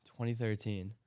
2013